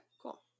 Cool